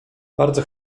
bardzo